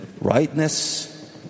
rightness